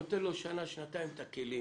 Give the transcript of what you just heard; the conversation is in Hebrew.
נותן לו שנה-שנתיים את הכלים